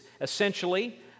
essentially